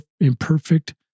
imperfect